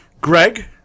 Greg